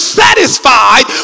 satisfied